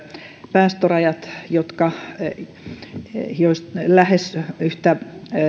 päästörajat lähes yhtä